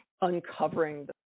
uncovering